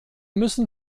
müssen